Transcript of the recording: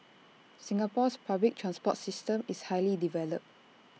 Singapore's public transport system is highly developed